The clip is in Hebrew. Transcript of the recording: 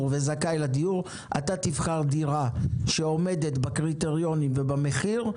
לדיור וזכאי לדיור אתה תבחר דירה שעומדת בקריטריונים ובמחיר,